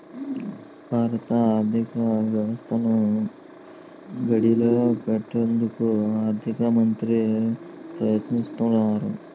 భారత ఆర్థిక వ్యవస్థను గాడిలో పెట్టేందుకు ఆర్థిక మంత్రి ప్రయత్నిస్తారు